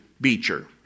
Beecher